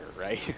Right